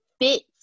fits